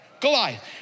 Goliath